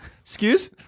Excuse